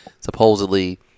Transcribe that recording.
supposedly